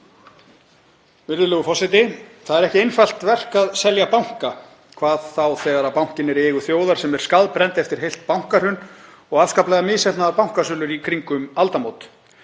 Virðulegur forseti. Það er ekki einfalt verk að selja banka, hvað þá þegar bankinn er í eigu þjóðar sem er skaðbrennd eftir heilt bankahrun og afskaplega misheppnaðar bankasölur í kringum aldamót.